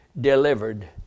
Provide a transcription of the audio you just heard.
delivered